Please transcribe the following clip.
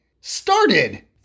started